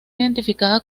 identificada